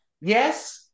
Yes